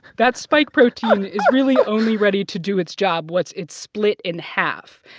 that spike protein is really only ready to do its job once it's split in half.